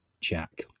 Jack